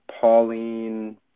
pauline